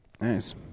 nice